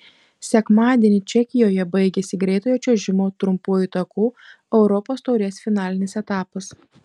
sekmadienį čekijoje baigėsi greitojo čiuožimo trumpuoju taku europos taurės finalinis etapas